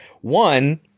One